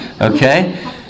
Okay